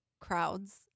crowds